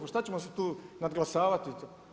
Pa šta ćemo se tu nadglasavati?